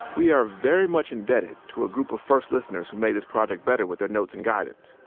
we are very much indebted to a group of first listeners who made this project better with their notes and guidance.